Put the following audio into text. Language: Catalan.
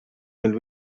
mil